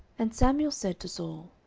and samuel said to saul,